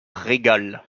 régal